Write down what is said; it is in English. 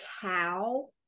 cow